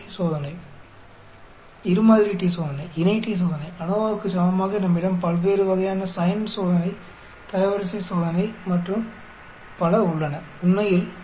உங்கள் t சோதனை இரு மாதிரி t சோதனை இணை t சோதனை ANOVA க்குச் சமமாக நம்மிடம் பல்வேறு வகையான சைன்ட் சோதனை தரவரிசை சோதனை மற்றும் பல உள்ளன உண்மையில்